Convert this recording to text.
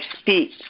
speak